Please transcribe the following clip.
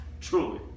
Truly